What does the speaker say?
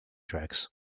tracks